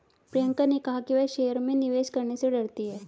प्रियंका ने कहा कि वह शेयर में निवेश करने से डरती है